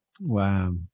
Wow